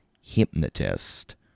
Hypnotist